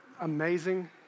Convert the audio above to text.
Amazing